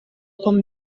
com